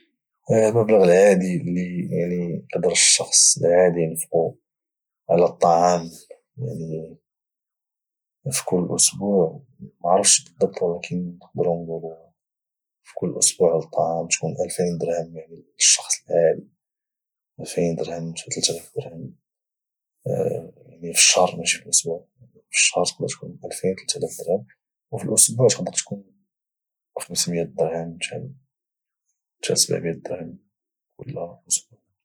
المبلغ العادي يعني اللي يقدر الشخص العادي ينفقوا الطعام ينيك في كل اسبوع ما عرفتش بالضبط ولكن نقدروا نقولوا الطعام تكون 2000 درهم يعني الشخص العادي 2000 درهم حتى 3000 درهم في الشهر ماشي في الاسبوع يعني في الشهر تكون 2000 3000 درهم الاسبوع تقدر تكون 500 درهم حتى ل 700 درهم كل اسبوع